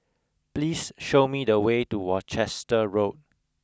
please show me the way to Worcester Road